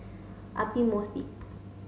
Aidli Mosbit